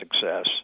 success